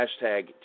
hashtag